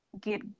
get